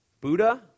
Buddha